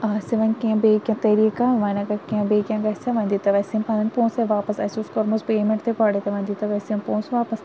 آسہِ وۄنۍ کیٚنہہ بیٚیہِ کیٚنہہ طریٖٮقہ وۄنۍ اگر کیٚنہہ بیٚیہِ کیٚنہہ گژھِ ہہ وۄنۍ دیٖتو اَسہِ یِم پَنٕنۍ پونسَے واپَس اَسہِ اوس کٔرمٕژ پیمٮ۪نٛٹ تہِ گۄڈَے تہٕ وۄنۍ دِیٖتو اَسہِ یِم پونٛسہٕ واپَس